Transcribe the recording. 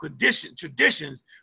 traditions